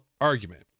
argument